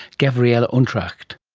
gavrielle untracht